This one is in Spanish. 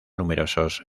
numerosos